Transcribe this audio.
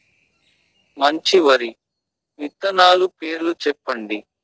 మంచి వరి విత్తనాలు పేర్లు చెప్పండి?